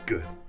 Good